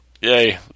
yay